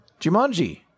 Jumanji